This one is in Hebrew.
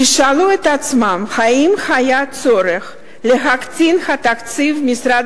תשאלו את עצמכם: האם היה צורך להקטין את תקציב משרד